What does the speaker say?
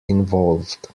involved